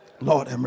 Lord